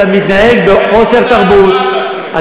אתה מתנהג בחוסר תרבות.